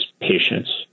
patience